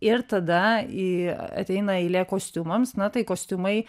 ir tada į ateina eilė kostiumams na tai kostiumai